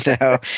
No